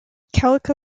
calico